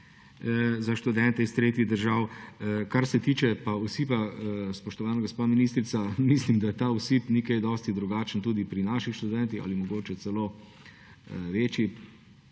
za študente iz tretjih držav. Kar se tiče pa osipa, spoštovana gospa ministrica, mislim, da ta osip ni kaj dosti drugačen tudi pri naših študentih, ali mogoče celo večji.